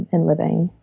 and living.